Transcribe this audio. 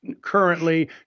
currently